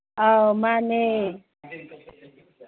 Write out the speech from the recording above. ꯑꯧ ꯃꯥꯅꯦ